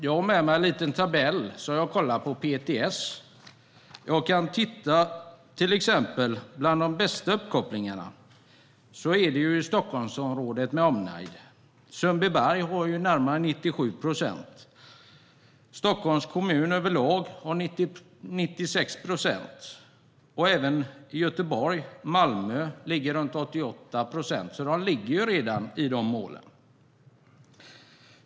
Jag har med mig en liten tabell från PTS som jag har tittat på. De bästa uppkopplingarna finns i Stockholmsområdet med omnejd. Sundbyberg har närmare 97 procent, och Stockholms kommun överlag har 96 procent. Även i Göteborg och Malmö ligger det på runt 88 procent. Det ligger redan vid målen.